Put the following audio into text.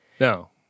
No